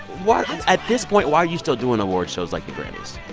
what? at this point, why are you still doing awards shows like the grammys?